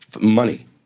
Money